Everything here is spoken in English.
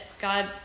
God